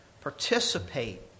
participate